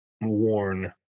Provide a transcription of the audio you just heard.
Worn